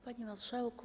Panie Marszałku!